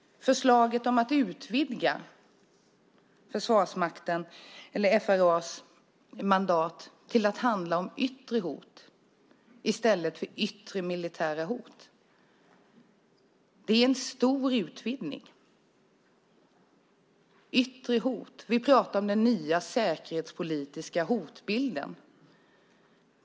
Förslaget om att utvidga FRA:s mandat till att handla om yttre hot i stället för yttre militära hot är en stor utvidgning. När det gäller yttre hot talar vi om den nya säkerhetspolitiska hotbilden.